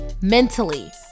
mentally